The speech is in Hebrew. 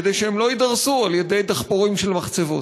כדי שהם לא יידרסו על-ידי דחפורים של מחצבות.